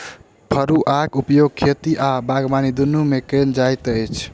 फड़ुआक उपयोग खेती आ बागबानी दुनू मे कयल जाइत अछि